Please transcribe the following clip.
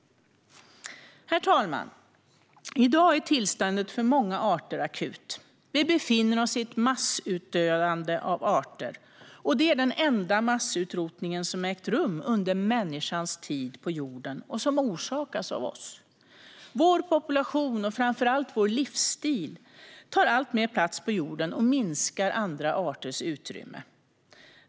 Herr talman! I dag är tillståndet för många arter akut. Vi befinner oss i ett massutdöende av arter. Det är den enda massutrotningen som ägt rum under människans tid på jorden och som orsakats av oss. Vår population och framför allt vår livsstil tar alltmer plats på jorden och minskar andra arters utrymme.